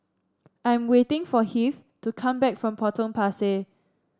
I am waiting for Heath to come back from Potong Pasir